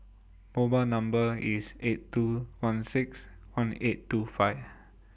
mobile Number IS eight two one six one eight two five